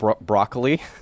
Broccoli